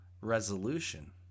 resolution